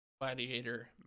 Gladiator